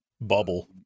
bubble